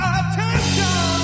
attention